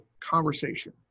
conversation